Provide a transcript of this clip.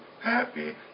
Happy